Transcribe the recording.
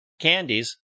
candies